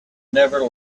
never